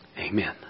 Amen